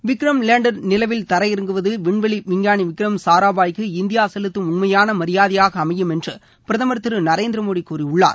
Vikram lander நிலவில் தரையிறங்குவது விண்வெளி விஞ்ஞாளி விக்ரம் சாராபாய்க்கு இந்தியா செலுத்தும் உண்மையான மரியாதையாக அமையும் என்று பிரதமர் திரு நரேந்திர மோடி கூறியுள்ளார்